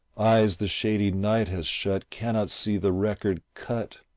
eyes the shady night has shut cannot see the record cut,